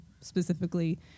specifically